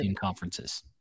conferences